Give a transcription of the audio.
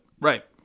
Right